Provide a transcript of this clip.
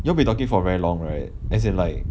you all been talking for very long right as in like